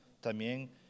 También